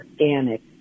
organic